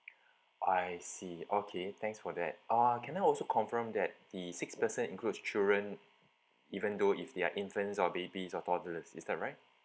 I see okay thanks for that uh can I also confirm that the six person includes children even though if they are infants or babies or toddlers is that right